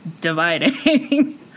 dividing